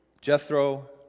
Jethro